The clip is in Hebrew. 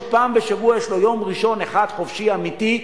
שפעם בשבוע יש לו יום ראשון אחד חופשי אמיתי,